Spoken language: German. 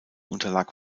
unterlag